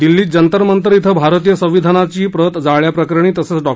दिल्लीत जंतर मंतर क्षे भारतीय संविधानाची प्रत जाळल्याप्रकरणी तसंच डॉ